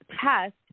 test